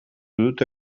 dute